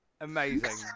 Amazing